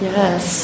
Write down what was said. Yes